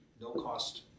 no-cost